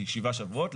כשבעה שבועות,